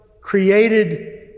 created